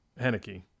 Henneke